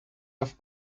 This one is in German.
auf